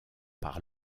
par